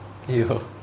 ya